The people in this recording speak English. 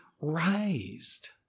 raised